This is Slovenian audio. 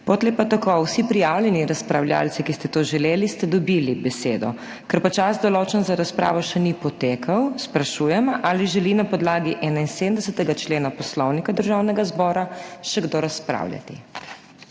Potem pa tako. Vsi prijavljeni razpravljavci, ki ste to želeli, ste dobili besedo. Ker pa čas, določen za razpravo, še ni potekel, sprašujem, ali želi na podlagi 71. člena Poslovnika Državnega zbora še kdo razpravljati.